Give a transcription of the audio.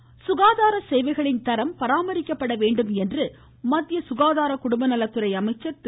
யேனனய சுகாதார சேவைகளின் தரம் பராமரிக்கப்பட வேண்டும் என்று மத்திய சுகாதார குடும்ப நலத்துறை அமைச்சர் திரு